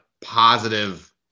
positive